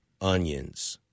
onions